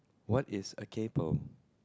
what is a kaypoh